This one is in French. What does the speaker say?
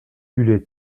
très